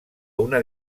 una